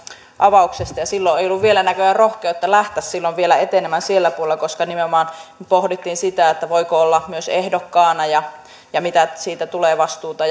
avauksesta ja silloin ei ollut vielä näköjään rohkeutta lähteä etenemään sillä puolella koska nimenomaan pohdittiin sitä voiko olla myös ehdokkaana ja ja mitä vastuuta